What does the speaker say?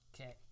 Okay